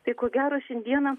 taiko gero šiandieną